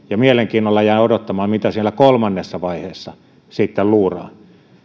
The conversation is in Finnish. ja mielenkiinnolla jään odottamaan mitä siellä kolmannessa vaiheessa sitten luuraa